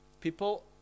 people